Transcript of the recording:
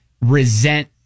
resent